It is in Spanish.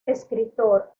escritor